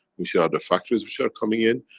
which are the factories which are coming in.